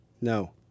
No